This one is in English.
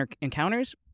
encounters